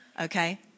Okay